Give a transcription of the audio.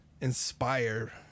inspire